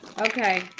Okay